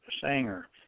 Sanger